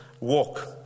walk